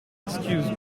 excuse